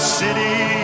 city